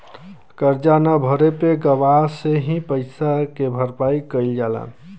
करजा न भरे पे गवाह से ही पइसा के भरपाई कईल जाला